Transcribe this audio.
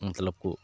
ᱢᱚᱛᱞᱚᱵ ᱠᱚ